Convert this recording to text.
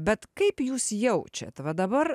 bet kaip jūs jaučiat va dabar